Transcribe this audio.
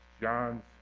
John's